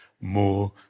more